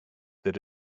that